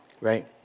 right